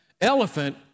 elephant